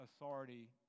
authority